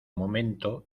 momento